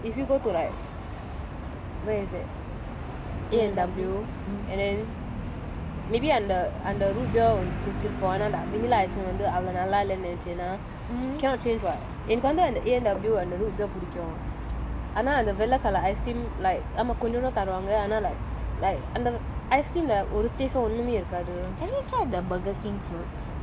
if you go to like where is it A&W and then maybe அந்த அந்த:antha antha root beer ஒனக்கு புடிச்சிருக்கும் ஏன்னா அந்த:onakku pudichirukkum eanna antha middle icing வந்து அவ்வளவு நல்லா இல்லனு நெனச்சினா:vanthu avvalavu nalla illanu nenachina cannot change [what] எனக்கு வந்து அந்த:enakku vanthu antha A&W அந்த:antha root ரொம்ப புடிக்கும் ஆனா அந்த வெள்ள:romba pudikkum aana antha vella colour ice cream like ஆமா கொஞ்ச தான் தருவாங்க ஆனா:aama konja thaan tharuvanga aana like like அந்த:antha ice cream lah ஒரு:oru taste ஒண்ணுமே இருக்காது:onnume irukkaathu